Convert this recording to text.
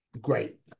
Great